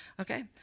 Okay